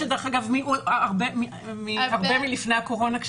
שהוא הרבה מלפני הקורונה.